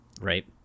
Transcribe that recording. Right